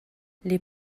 les